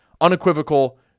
unequivocal